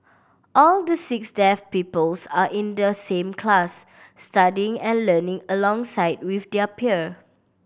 all the six deaf peoples are in the same class studying and learning alongside with their peer